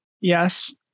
Yes